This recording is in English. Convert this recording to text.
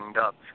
up